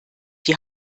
die